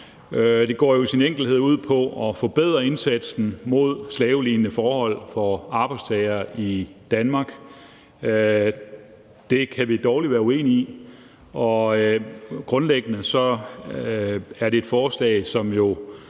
Det går jo i sin enkelhed ud på at forbedre indsatsen mod slavelignende forhold for arbejdstagere i Danmark. Det kan vi dårligt være uenige i, og grundlæggende er det et forslag,